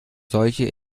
solche